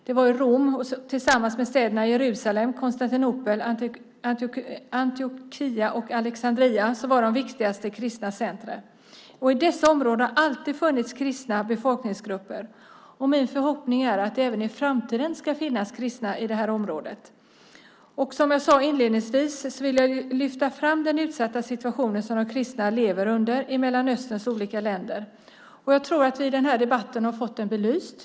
Det var Rom som tillsammans med städerna Jerusalem, Konstantinopel, Antiochia och Alexandria var de viktigaste kristna centrumen. I dessa områden har alltid funnits kristna befolkningsgrupper, och min förhoppning är att det även i framtiden ska finnas kristna i det här området. Som jag sade inledningsvis vill jag lyfta fram den utsatta situation som de kristna lever under i Mellanösterns olika länder. Jag tror att vi i den här debatten har fått det belyst.